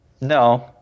No